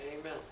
Amen